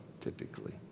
typically